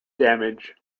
damage